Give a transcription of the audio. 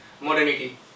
modernity